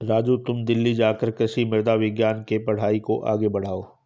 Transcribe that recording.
राजू तुम दिल्ली जाकर कृषि मृदा विज्ञान के पढ़ाई को आगे बढ़ाओ